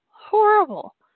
horrible